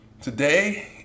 Today